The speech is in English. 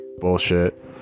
bullshit